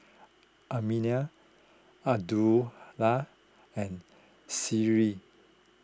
Aminah Abdullah and Seri